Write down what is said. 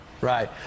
right